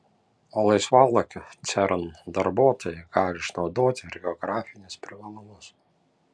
o laisvalaikiu cern darbuotojai gali išnaudoti ir geografinius privalumus